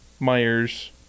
Myers